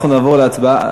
אנחנו נעבור להצבעה.